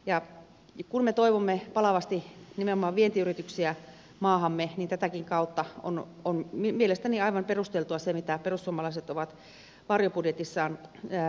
ja kun me toivomme palavasti nimenomaan vientiyrityksiä maahamme niin tätäkin kautta on mielestäni aivan perusteltua se mitä perussuomalaiset ovat varjobudjetissaan esittäneet